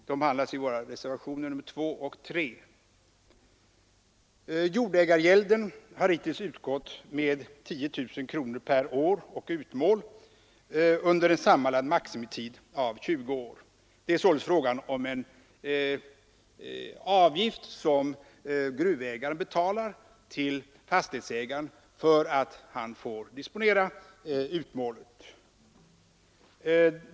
De behandlas i våra reservationer 2 och 3. Jordägaravgälden har hittills utgått med 10 000 kronor per år och utmål under en sammanlagd maximitid av 20 år. Det är således fråga om en avgift som gruvägaren betalar till fastighetsägaren för att han får disponera utmålet.